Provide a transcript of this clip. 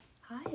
Hi